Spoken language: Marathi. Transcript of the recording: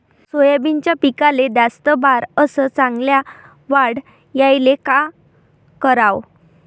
सोयाबीनच्या पिकाले जास्त बार अस चांगल्या वाढ यायले का कराव?